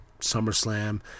SummerSlam